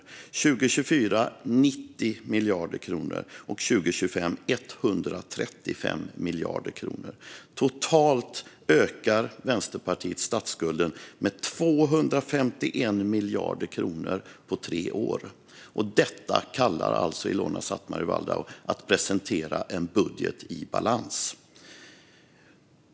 Underskottet 2024 är 90 miljarder kronor, och 2025 är det 135 miljarder kronor. Vänsterpartiet ökar statsskulden med totalt 251 miljarder kronor på tre år - och detta kallar alltså Ilona Szatmári Waldau att presentera en budget i balans!